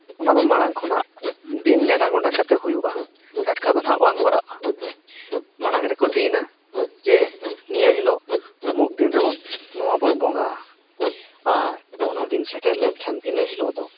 ᱚᱱᱟ ᱫᱚ ᱢᱟᱲᱟᱝ ᱠᱷᱚᱱᱟᱜ ᱫᱤᱱ ᱱᱮᱸᱰᱟ ᱜᱚᱴᱟ ᱠᱟᱛᱮᱫ ᱦᱩᱭᱩᱜᱼᱟ ᱴᱟᱴᱠᱟ ᱫᱚ ᱱᱟᱦᱟᱜ ᱵᱟᱝ ᱠᱚᱨᱟᱜᱼᱟ ᱢᱟᱲᱟᱝ ᱨᱮᱠᱚ ᱫᱤᱱᱟ ᱡᱮ ᱱᱤᱭᱟᱹ ᱦᱤᱞᱳᱜ ᱩᱢᱩᱠ ᱫᱤᱱᱨᱮ ᱱᱚᱣᱟᱵᱚᱱ ᱵᱚᱸᱜᱟᱼᱟ ᱟᱨ ᱚᱱᱟ ᱫᱤᱱ ᱥᱮᱴᱮᱨ ᱞᱮᱱᱠᱷᱟᱱ ᱤᱱᱟᱹ ᱦᱤᱞᱳᱜ ᱫᱚ